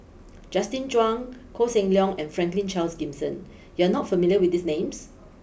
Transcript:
Justin Zhuang Koh Seng Leong and Franklin Charles Gimson you are not familiar with these names